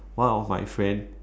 one of my friend